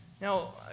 Now